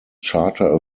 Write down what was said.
charter